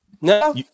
No